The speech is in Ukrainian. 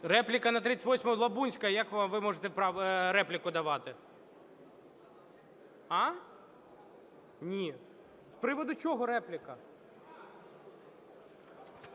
Репліка на 38-у. Лабунська. Як ви можете репліку давати? А? Ні. З приводу чого репліка?